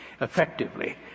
effectively